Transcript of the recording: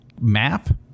map